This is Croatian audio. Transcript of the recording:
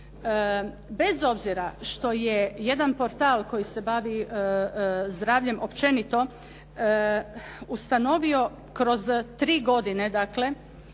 Bez obzira što je jedan portal koji se bavi zdravljem općenito ustanovio kroz tri godine dakle